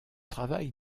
travail